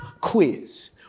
quiz